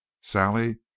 Sally